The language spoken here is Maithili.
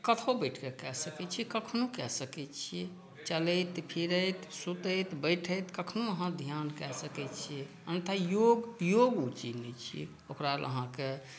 कतौ बैसिकऽ कय सकै छी कखनहु कय सकै छियै चलैत फिरैत सुतैत बैठैत कखनहु अहाँ ध्यान कय सकै छियै अन्यथा योग योग ओ चीज नहि छै ने ओकरा लेल अहाॅंके